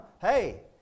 hey